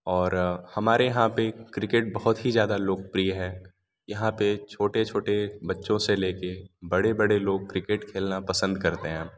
और हमारे यहाँ पर क्रिकेट बहुत ही ज़्यादा लोकप्रिय है यहाँ पर छोटे छोटे बच्चों से ले कर बड़े बड़े लोग क्रिकेट खेलना पसंद करते हैं